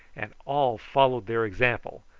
and all followed their example,